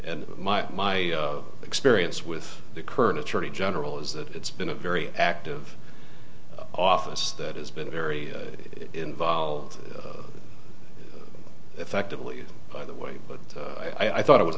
and my my experience with the current attorney general is that it's been a very active office that has been very involved effectively by the way but i thought it was